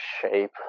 shape